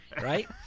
right